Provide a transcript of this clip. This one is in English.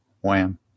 Wham